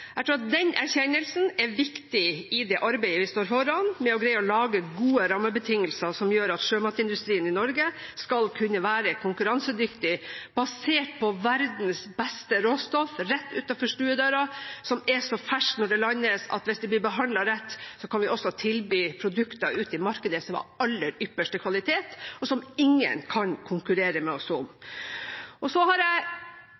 Jeg tror at den erkjennelsen er viktig i det arbeidet vi står foran med å greie å lage gode rammebetingelser som gjør at sjømatindustrien i Norge skal kunne være konkurransedyktig, basert på verdens beste råstoff rett utenfor stuedøra, fisk som er så fersk når den landes at hvis den blir behandlet rett, kan vi også tilby produkter ute i markedet som er av aller ypperste kvalitet, og som ingen kan konkurrere med oss